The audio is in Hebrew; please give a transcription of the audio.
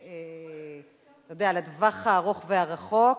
לטווח הארוך והרחוק.